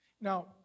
Now